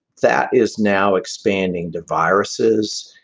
that is now expanding the viruses.